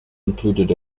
included